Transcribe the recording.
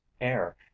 air